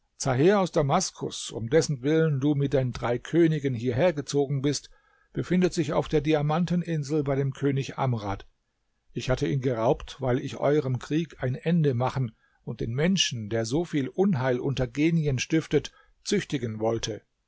aus damaskus um dessentwillen du mit den drei königen hierhergezogen bist befindet sich auf der diamanteninsel bei dem könig amrad ich hatte ihn geraubt weil ich eurem krieg ein ende machen und den menschen der so viel unheil unter genien stiftet züchtigen wollte